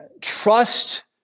Trust